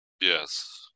Yes